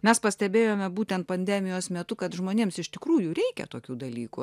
mes pastebėjome būtent pandemijos metu kad žmonėms iš tikrųjų reikia tokių dalykų